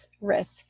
risk